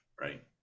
right